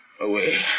Away